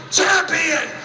champion